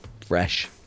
Fresh